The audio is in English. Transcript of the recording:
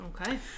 Okay